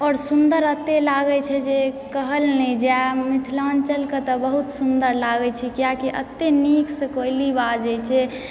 आओर सुन्दर अतय लागैत छै जे कहल नहि जाय मिथिलांचलकऽ तऽ बहुत सुन्दर लागैत छै किआकि अतय नीकसँ कोइली बाजैत छै